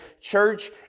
church